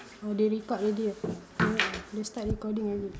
oh they record already ah ya they start recording already